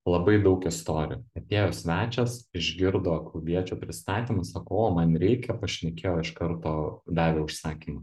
labai daug istorijų atėjo svečias išgirdo klubiečio pristatymą sako o man reikia pašnekėjo iš karto davė užsakymą